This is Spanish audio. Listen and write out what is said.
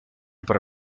para